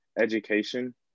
education